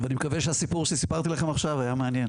אני מקווה שהסיפור שסיפרתי לכם עכשיו היה מעניין.